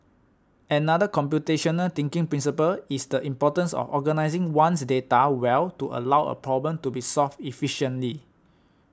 another computational thinking principle is the importance of organising one's data well to allow a problem to be solved efficiently